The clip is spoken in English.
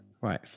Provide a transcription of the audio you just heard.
Right